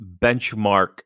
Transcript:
benchmark